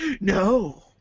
No